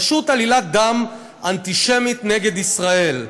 פשוט עלילת דם אנטישמית נגד ישראל.